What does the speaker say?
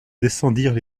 descendirent